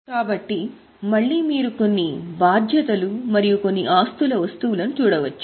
కాబట్టి మళ్ళీ మీరు కొన్ని బాధ్యతలు మరియు కొన్ని ఆస్తుల వస్తువులను చూడవచ్చు